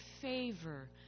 favor